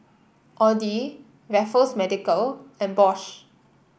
Audi Raffles Medical and Bosch